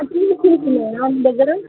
దగ్గర